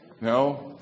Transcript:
No